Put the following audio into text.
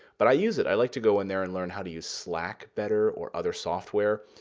but i use it. i like to go in there and learn how to use slack better or other software.